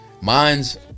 Mine's